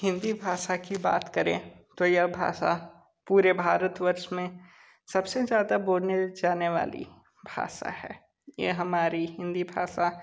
हिंदी भाषा की बात करें तो यह भाषा पूरे भारतवर्ष में सबसे ज़्यादा बोली जाने वाली भाषा है यह हमारी हिंदी भाषा